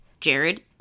Jared